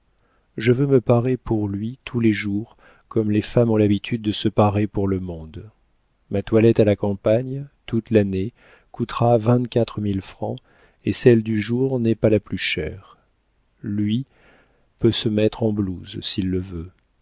je veux me parer pour lui tous les jours comme les femmes ont l'habitude de se parer pour le monde ma toilette à la campagne toute l'année coûtera vingt-quatre mille francs et celle du jour n'est pas la plus chère lui peut se mettre en blouse s'il le veut